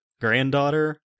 granddaughter